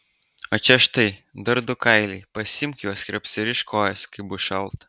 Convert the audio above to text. o čia štai dar du kailiai pasiimk juos ir apsirišk kojas kai bus šalta